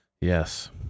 Yes